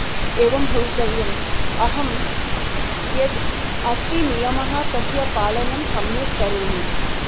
एवं भवितव्यम् अहं यत् अस्ति नियमः तस्य पालनं सम्यक् करोमि